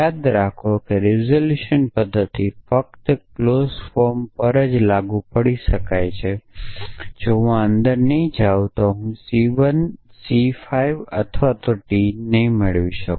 યાદ રાખો કે રીઝોલ્યુશન પદ્ધતિ ફક્ત ક્લોઝ ફોર્મ પર લાગુ પડે છે જો હું આ અંદર નહીં જાવ તો હું C 1 C 5 અથવા T ને નહીં મેળવી શકું